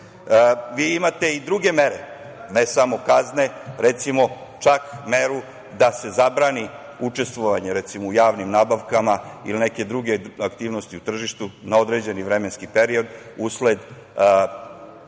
imate i druge mere, ne samo kazne, recimo, čak meru da se zabrani učestvovanje u javnim nabavkama ili neke druge aktivnosti u tržištu na određeni vremenski period, usled čestog